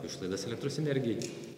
išlaidas elektros energijai